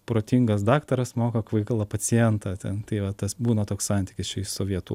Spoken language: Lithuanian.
protingas daktaras moko kvailą pacientą ten tai va tas būna toks santykis čia iš sovietų